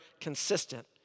consistent